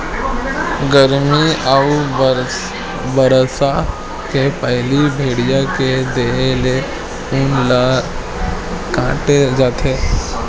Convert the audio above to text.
गरमी अउ बरसा के पहिली भेड़िया के देहे ले ऊन ल काटे जाथे